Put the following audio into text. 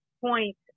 point